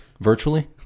Virtually